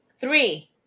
Three